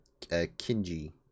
Kinji